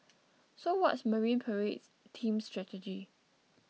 so what's Marine Parade team's strategy